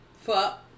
Fuck